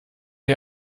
die